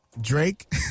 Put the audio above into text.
drake